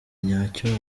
nyacyo